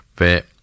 ve